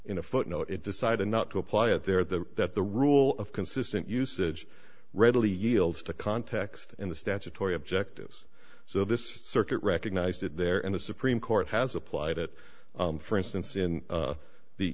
in a footnote it decided not to apply it there the that the rule of consistent usage readily yields to context in the statutory objectives so this circuit recognized that there in the supreme court has applied it for instance in